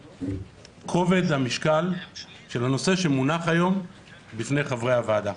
מכובד המשקל של הנושא שמונח היום בפני חברי הוועדה,